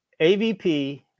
AVP